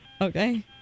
okay